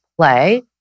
play